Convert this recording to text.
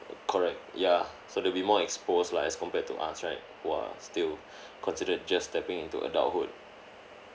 correct ya so they'll be more exposed lah as compared to us right who're still considered just stepping into adulthood